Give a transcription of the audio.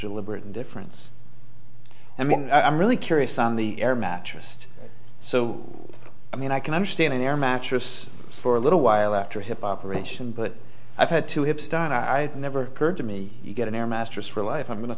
deliberate indifference and i'm really curious on the air mattress so i mean i can understand an air mattress for a little while after a hip operation but i've had two hips done i never occurred to me you get an air mattress for life i'm going to